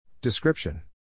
Description